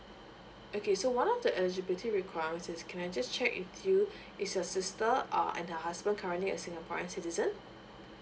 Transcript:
okay so one of the eligibility requirements is can I just check with you is your sister uh and the husband currently a singaporean citizen